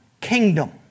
kingdom